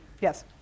yes